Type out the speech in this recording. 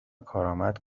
کارآمد